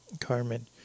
Carmen